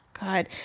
god